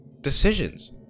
decisions